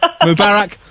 Mubarak